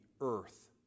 earth